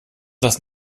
das